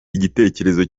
igitekerezo